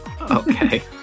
Okay